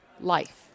Life